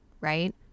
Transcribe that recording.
right